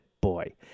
boy